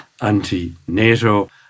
anti-NATO